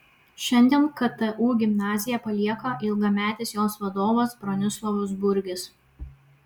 šiandien ktu gimnaziją palieka ilgametis jos vadovas bronislovas burgis